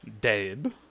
dead